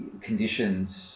conditioned